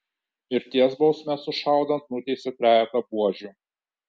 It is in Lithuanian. mirties bausme sušaudant nuteisė trejetą buožių